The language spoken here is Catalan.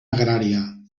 agrària